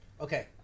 okay